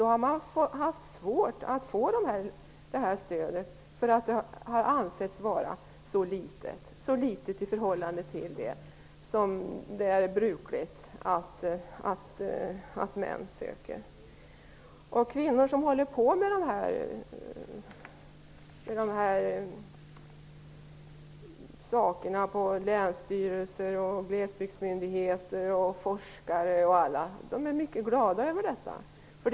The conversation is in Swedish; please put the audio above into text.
De har då haft svårt att få stöd, eftersom det har ansetts vara så litet i förhållande till de summor som det är brukligt att män söker. Kvinnor som arbetar med dessa frågor på läns och glesbygdsmyndigheter och de som är forskare är mycket glada över detta stöd.